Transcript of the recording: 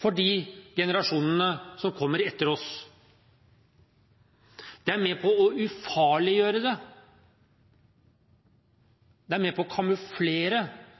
for de generasjonene som kommer etter oss. Det er med på å ufarliggjøre